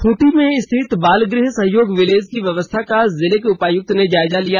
खूंटी में स्थित बालगृह सहयोग विलेज की व्यवस्था का जिलें के उपायुक्त ने जायजा लिया